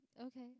okay